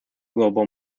global